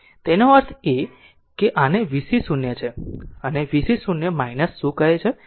તેનો અર્થ એ કે આને vc 0 છે તેને vc 0 શું કહે છે